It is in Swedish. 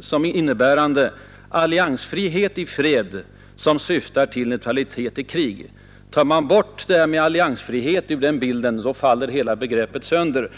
som innebär alliansfrihet i fred som syftar till neutralitet i krig. Tar man bort alliansfriheten ur den bilden, faller hela begreppet sönder.